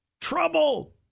trouble